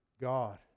God